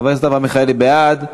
בעד,